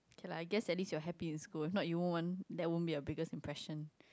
okay lah I guess at least you're happy in school if not you won't want that won't be your biggest impression